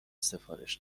سفارش